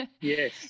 Yes